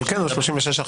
אבל כן על 36 (1).